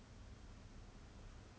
oh ya basically